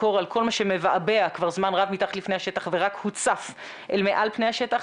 ויש פה איזושהי עבודה שהתחילה לפני מספר שנים,